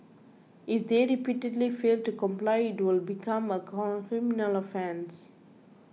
if they repeatedly fail to comply it will become a criminal offence